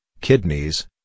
kidneys